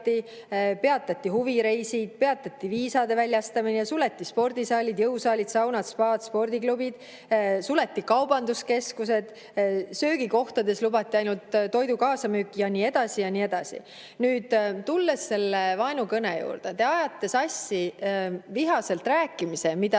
peatati huvireisid, peatati viisade väljastamine, suleti spordisaalid, jõusaalid, saunad, spaad ja spordiklubid, suleti kaubanduskeskused, söögikohtades lubati ainult toidu kaasamüüki ja nii edasi. Tulen vaenukõne juurde. Te ajate selle sassi vihaselt rääkimisega, mida